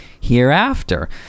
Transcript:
hereafter